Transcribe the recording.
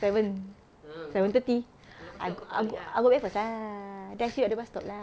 seven seven thirty I go I go I go back first ah then see you at the bus stop lah